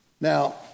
Now